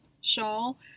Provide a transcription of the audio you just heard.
shawl